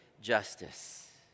justice